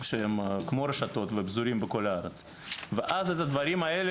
כמו רשתות ופזורים בכל הארץ ואז את הדברים האלה